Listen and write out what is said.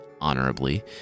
honorably